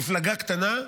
מפלגה קטנה,